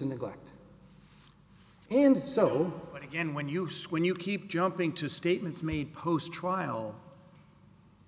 and neglect and so again when use when you keep jumping to statements made post trial